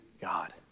God